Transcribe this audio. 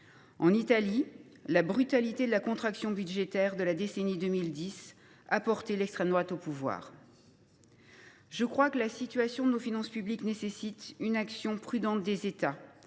En Italie, la brutalité de la contraction budgétaire de la décennie 2010 a porté l’extrême droite au pouvoir. Je crois que la situation de nos finances publiques nécessite une action prudente des États,